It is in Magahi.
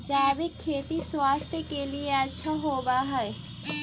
जैविक खेती स्वास्थ्य के लिए अच्छा होवऽ हई